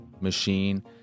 machine